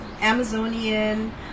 Amazonian